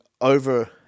over